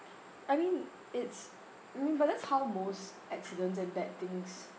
I mean it's mm but that's how most accidents and bad things